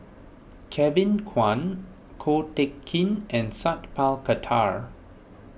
Kevin Kwan Ko Teck Kin and Sat Pal Khattar